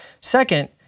Second